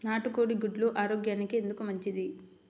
నాటు కోడి గుడ్లు ఆరోగ్యానికి ఎందుకు మంచిది?